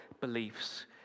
beliefs